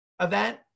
event